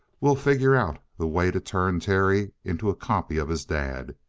we'll figure out the way to turn terry into a copy of his dad.